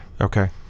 Okay